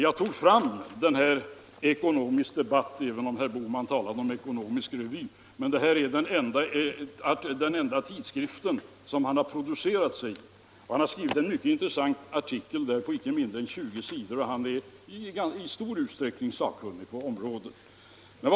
Jag har tagit fram det aktuella numret av Ekonomisk Debatt — herr Bohman talade om Ekonomisk Revy, men Ekonomisk Debatt är den enda tidskrift som professor Lodin har producerat sig i. Professor Lodin har där skrivit en mycket intressant artikel på icke mindre än 20 sidor, och han är i stor utsträckning sakkunnig på området.